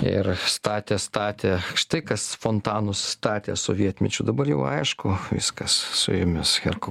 ir statė statė štai kas fontanus statė sovietmečiu dabar jau aišku viskas su jumis herkau